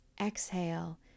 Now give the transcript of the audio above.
Exhale